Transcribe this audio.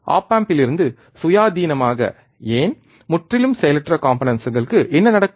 op ஆம்பிலிருந்து சுயாதீனமாக ஏன் முற்றிலும் செயலற்ற காம்பனன்ட்ஸ்களுக்கு என்ன நடக்கும்